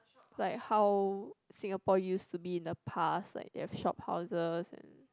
like how Singapore used to be in the past like they've shophouses and